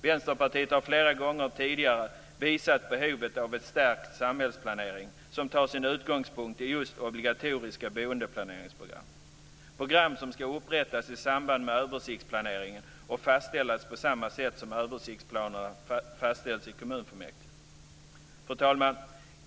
Vänsterpartiet har flera gånger tidigare visat på behovet av en stärkt samhällsplanering som tar sin utgångspunkt i just obligatoriska boendeplaneringsprogram, program som ska upprättas i samband med översiktsplaneringen och fastställas på samma sätt som översiktsplanerna i kommunfullmäktige. Fru talman!